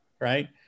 right